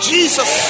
Jesus